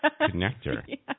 connector